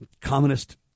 communist